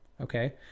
okay